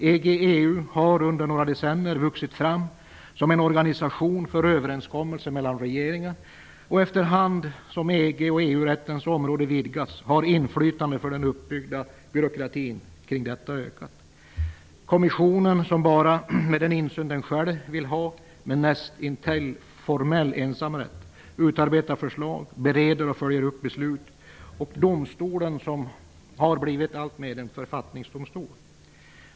EG EU-rättens område har vidgats har inflytandet för den byråkrati som är uppbyggd kring detta ökat. Kommissionen utarbetar förslag, bereder och följer upp beslut med näst intill formell ensamrätt. Den tillåter bara den insyn den själv vill ha. Domstolen har alltmer blivit en författningsdomstol.